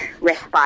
respite